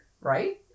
Right